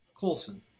Colson